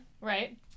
right